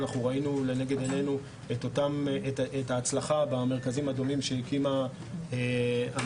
ראינו לנגד עינינו את ההצלחה במרכזים הדומים שהקימה הממשלה,